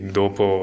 dopo